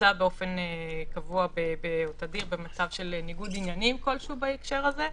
נמצא באופן קבוע או תדיר במצב של ניגוד עניינים כלשהו בהקשר הזה.